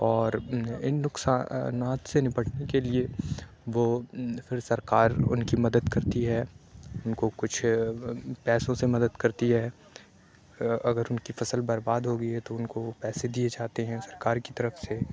اور اِن نقصانات سے نپٹنے کے لیے وہ پھر سرکار اُن کی مدد کرتی ہے اُن کو کچھ پیسوں سے مدد کرتی ہے اگر اُن کی فصل برباد ہوگئی ہے تو اُن کو پیسے دیے جاتے ہیں سرکار کی طرف سے